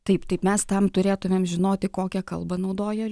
taip taip mes tam turėtumėm žinoti kokią kalbą naudoja